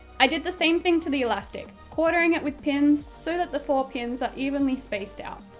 i did the same thing to the elastic, quartering it with pins, so that the four pins are evenly spaced out.